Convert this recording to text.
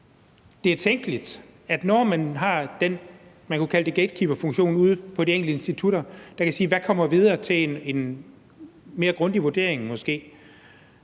man har den, man kunne kalde det gatekeeperfunktion ude på de enkelte institutter, der kan sige, hvad der kommer videre til en måske mere grundig vurdering. Der